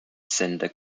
cinder